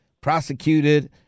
prosecuted